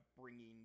bringing